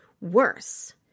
worse